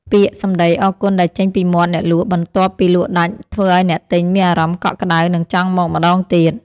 ពាក្យសម្ដីអរគុណដែលចេញពីមាត់អ្នកលក់បន្ទាប់ពីលក់ដាច់ធ្វើឱ្យអ្នកទិញមានអារម្មណ៍កក់ក្ដៅ និងចង់មកម្ដងទៀត។